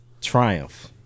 Triumph